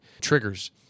triggers